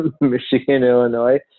Michigan-Illinois